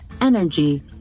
energy